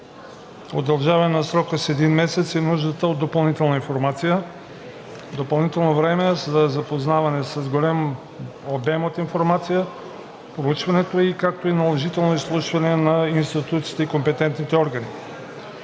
удължаване на срока с 1 месец е нуждата от допълнителна информация, допълнително време за запознаване с голям обем от информация, проучването, както и наложително изслушване на институциите и на компетентните органи.